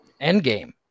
Endgame